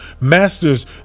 masters